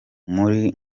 muri